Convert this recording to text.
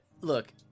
look